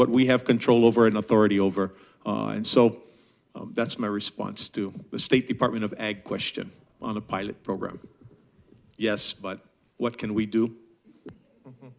what we have control over and authority over and so that's my response to the state department of egg question on a pilot program yes but what can we